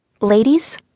Ladies